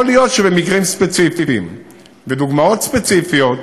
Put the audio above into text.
יכול להיות שבמקרים ספציפיים ודוגמאות ספציפיות,